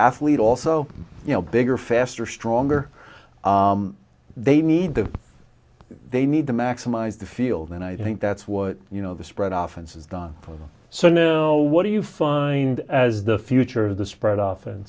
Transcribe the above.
athlete also you know bigger faster stronger they need to they need to maximize the field and i think that's what you know the spread often says don so no what do you find as the future of the spread often